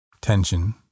tension